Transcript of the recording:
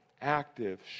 active